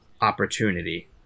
opportunity